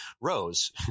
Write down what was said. Rose